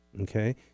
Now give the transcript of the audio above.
okay